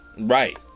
right